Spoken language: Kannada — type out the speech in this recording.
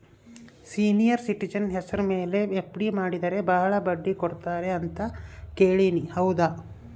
ಸೇನಿಯರ್ ಸಿಟಿಜನ್ ಹೆಸರ ಮೇಲೆ ಎಫ್.ಡಿ ಮಾಡಿದರೆ ಬಹಳ ಬಡ್ಡಿ ಕೊಡ್ತಾರೆ ಅಂತಾ ಕೇಳಿನಿ ಹೌದಾ?